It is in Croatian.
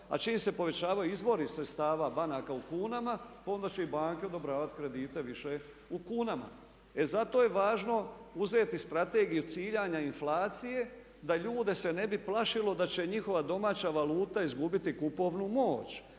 a čiji se povećavaju izvori sredstava banaka u kunama, pa onda će i banke odobravati kredite više u kunama. E zato je važno uzeti strategiju ciljanja inflacije da ljude se ne bi plašilo da će njihova domaća valuta izgubiti kupovnu moć.